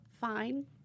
fine